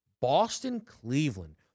Boston-Cleveland